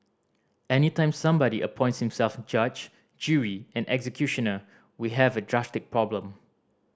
any time somebody appoints himself judge jury and executioner we have a drastic problem